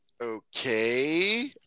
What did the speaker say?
okay